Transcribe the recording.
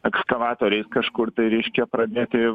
ekskavatoriais kažkur tai reiškia pradėti